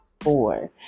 four